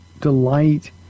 delight